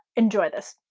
enjoy this.